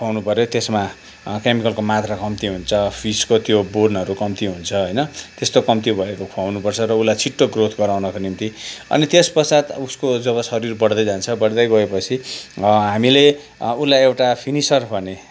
खुवाउनु पऱ्यो त्यसमा केमिकलको मात्रा कम्ती हुन्छ फिसको त्यो बोनहरू कम्ती हुन्छ होइन त्यस्तो कम्ती भएको खुवाउनु पर्छ र उसलाई छिटो ग्रोथ गराउनको निम्ति अनि त्यस पश्चात उसको जब शरीर बढ्दै जान्छ बढ्दै गए पछि हामीले उसलाई एउटा फिनिसर भन्ने